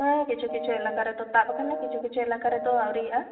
ᱦᱮᱸ ᱠᱤᱪᱷᱩ ᱠᱤᱪᱷᱩ ᱮᱞᱟᱠᱟ ᱨᱮᱫᱚ ᱛᱟᱯ ᱟᱠᱟᱱᱟ ᱠᱤᱪᱷᱩ ᱠᱤᱪᱷᱩ ᱮᱞᱟᱠᱟ ᱨᱮᱫᱚ ᱟᱹᱣᱨᱤᱭᱟᱜᱼᱟ